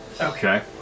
Okay